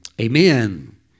Amen